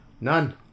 None